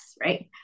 right